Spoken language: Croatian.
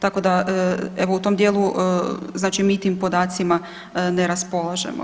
Tako da, evo u tom dijelu, znači mi tim podacima ne raspolažemo.